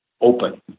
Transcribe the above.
open